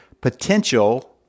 potential